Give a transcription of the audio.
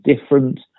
different